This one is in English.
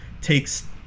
takes